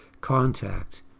contact